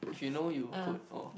if you know you could oh